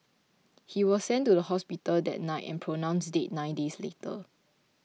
he was sent to the hospital that night and pronounced dead nine days later